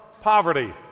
poverty